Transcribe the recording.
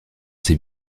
ses